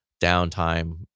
downtime